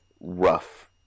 rough